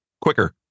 quicker